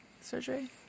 surgery